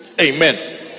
Amen